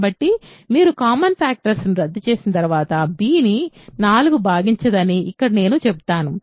కాబట్టి మీరు common factors రద్దు చేసిన తర్వాత bని 4 భాగించదని ఇక్కడ నేను చెబుతాను